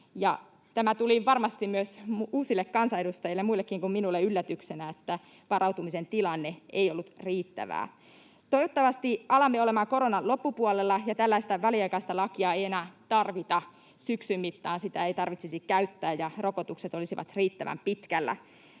Tämä tuli varmasti myös uusille kansanedustajille, muillekin kuin minulle, yllätyksenä, että varautumisen tilanne ei ollut riittävä. Toivottavasti alamme olemaan koronan loppupuolella ja tällaista väliaikaista lakia ei enää tarvita syksyn mittaan, sitä ei tarvitsisi käyttää ja rokotukset olisivat riittävän pitkällä.